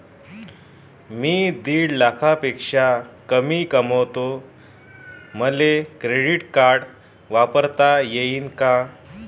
मी दीड लाखापेक्षा कमी कमवतो, मले क्रेडिट कार्ड वापरता येईन का?